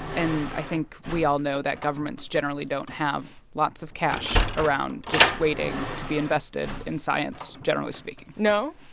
and i think we all know that governments generally don't have lots of cash around just waiting to be invested in science, generally speaking no?